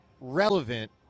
relevant